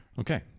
Okay